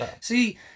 See